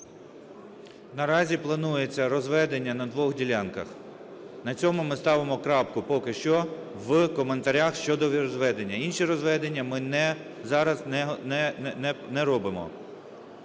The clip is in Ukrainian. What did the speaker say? Наразі планується розведення на двох ділянках. На цьому ми ставимо крапку поки що в коментарях щодо розведення. Інші розведення ми не... зараз не робимо.